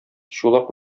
чулак